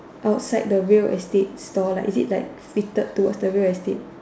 outside the real estates store like is it like fitted towards the real estate